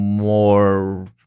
more